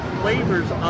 flavors